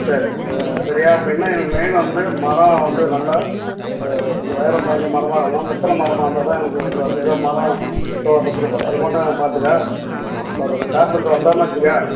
சரி சரியா இப்போ என்ன எனக்கு மெயின் வந்து மரம் வந்து நல்லா இப்போ கொஞ்சம் வைரம் பாய்ஞ்ச மரமாக வேணும் முத்தின மரமாக இருந்தால்தான் எனக்கு வருது எதோ மரம் தோதாக கொடுத்துறப்போற அதுமட்டும் பார்த்துக்க சரி அந்த கார்பென்ட்ரு வந்தார்னா வச்சுக்கயேன்